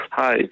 Hi